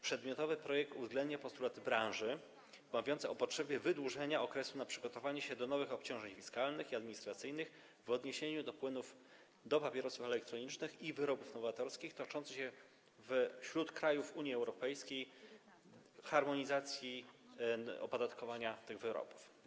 Przedmiotowy projekt uwzględnia postulaty branży mówiące o potrzebie wydłużenia okresu na przygotowanie się do nowych obciążeń fiskalnych i administracyjnych w odniesieniu do płynów do papierosów elektronicznych i wyrobów nowatorskich oraz toczącą się w krajach Unii Europejskiej dyskusję o harmonizacji opodatkowania tych wyrobów.